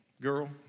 girl